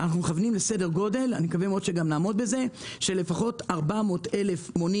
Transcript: אנחנו מכוונים לסדר גודל של לפחות 400 אלף מונים